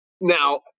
Now